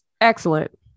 Excellent